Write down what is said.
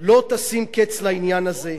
לא תשים קץ לעניין הזה,